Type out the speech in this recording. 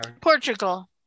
Portugal